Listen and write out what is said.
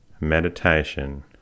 meditation